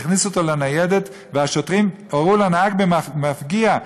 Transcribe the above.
הכניסו אותו לניידת והשוטרים הורו לנהג במפגיע,